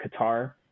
Qatar